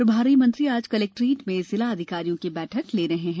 प्रभारी मंत्री आज कलेक्ट्रेट में जिला अधिकारियों की बैठक ले रहे हैं